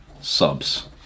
subs